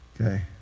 Okay